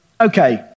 Okay